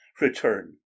return